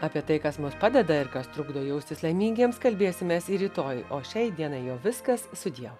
apie tai kas mus padeda ir kas trukdo jaustis laimingiems kalbėsimės ir rytoj o šiai dienai viskas sudieu